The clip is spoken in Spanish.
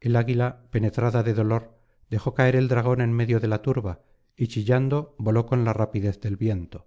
el águila penetrada de dolor lejó caer el dragón en medio de la turba y chillando voló con la rapidez del viento